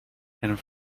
and